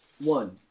one